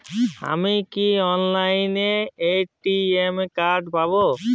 আমি কি অনলাইনে এ.টি.এম কার্ড পাব?